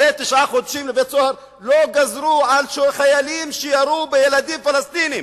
הרי תשעה חודשים בבית-סוהר לא גזרו על חיילים שירו על ילדים פלסטינים,